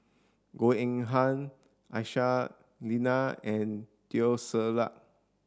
Goh Eng Han Aisyah Lyana and Teo Ser Luck